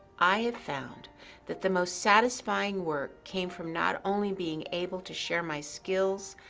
i have found that the most satisfying work came from not only being able to share my skills,